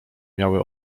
miały